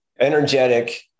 energetic